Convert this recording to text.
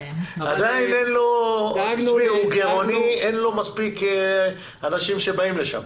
עדיין הוא גירעוני ואין לו מספיק אנשים שבאים לשם.